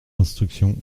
instructions